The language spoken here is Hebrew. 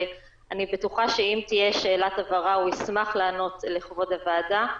ואני בטוחה שאם תהיה שאלת הבהרה הוא ישמח לענות לכבוד הוועדה.